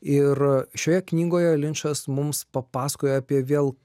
ir šioje knygoje linčas mums papasakojo apie vėl